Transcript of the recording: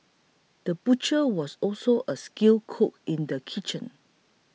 the butcher was also a skilled cook in the kitchen